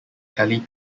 kelly